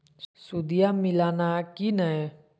सुदिया मिलाना की नय?